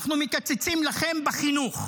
אנחנו מקצצים לכם בחינוך.